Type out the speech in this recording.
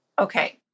Okay